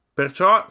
perciò